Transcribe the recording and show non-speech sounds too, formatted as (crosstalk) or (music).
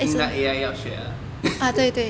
应该 A_I 要学的啊 (laughs)